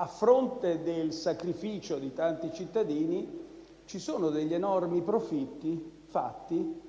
a fronte del sacrificio di tanti cittadini, ci sono degli enormi profitti realizzati